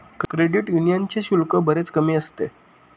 credit यूनियनचे शुल्क बरेच कमी असते